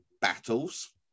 battles